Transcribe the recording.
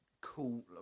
cool